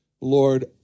Lord